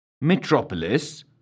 Metropolis